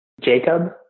jacob